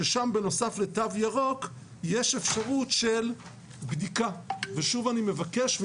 ששם בנוסף לתו ירוק יש אפשרות של בדיקה ושוב אני מבקש.